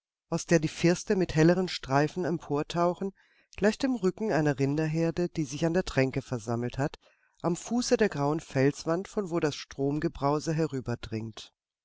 aus der die firste mit helleren streifen emportauchen gleich den rücken einer rinderherde die sich an der tränke versammelt hat am fuße der grauen felswand von wo das